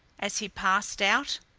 as he passed out.